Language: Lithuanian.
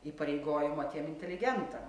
įpareigojimo tiem inteligentam